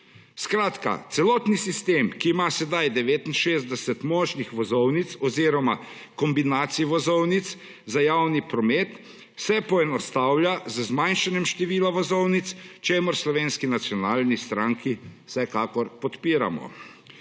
Skratka, celotni sistem, ki ima sedaj 69 močnih vozovnic oziroma kombinacij vozovnic za javni promet se poenostavlja z zmanjšanjem števila vozovnic, čemur v Slovenski nacionalni stranki vsekakor podpiramo.